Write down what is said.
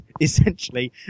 essentially